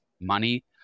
money